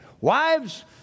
wives